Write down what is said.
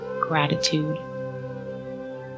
gratitude